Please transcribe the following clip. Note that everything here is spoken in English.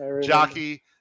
jockey